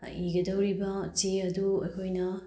ꯏꯒꯗꯧꯔꯤꯕ ꯆꯦ ꯑꯗꯨ ꯑꯩꯈꯣꯏꯅ